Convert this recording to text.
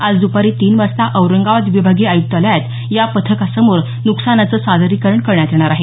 आज दुपारी तीन वाजता औरंगाबाद विभागीय आयुक्तालयात या पथकासमोर नुकसानाचं सादरीकरण करण्यात येणार आहे